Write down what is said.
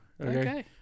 Okay